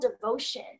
devotion